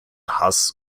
hass